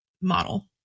model